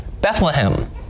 Bethlehem